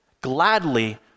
gladly